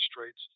rates